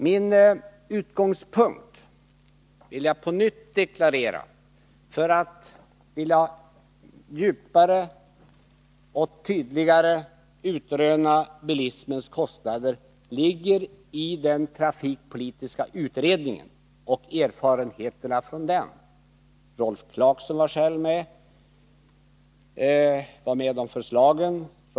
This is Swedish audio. Jag vill på nytt deklarera, att min utgångspunkt för att vilja djupare och tydligare utröna bilismens kostnader ligger i den trafikpolitiska utredningen och erfarenheterna från den. Rolf Clarkson var själv med i den. Han stod bakom förslagen.